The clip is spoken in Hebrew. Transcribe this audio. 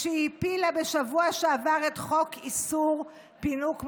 כשהיא הפילה בשבוע שעבר את חוק איסור פינוק מחבלים.